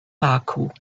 baku